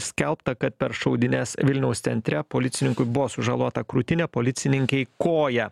skelbta kad per šaudynes vilniaus centre policininkui buvo sužalota krūtinė policininkei koja